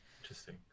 Interesting